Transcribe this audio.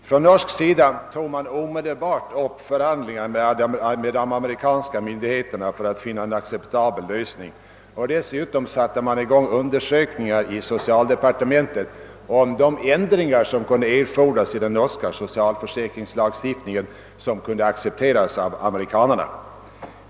Från norsk sida tog man omedelbart upp förhandlingar med de amerikanska myndigheterna för att finna en acceptabel lösning, och dessutom satte man i gång undersökningar i socialdepartementet om de ändringar som kunde erfordras för att den norska socialförsäkringslagstiftningen skulle kunna accepteras av amerikanerna.